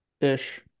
ish